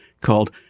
called